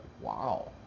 Wow